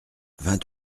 vingt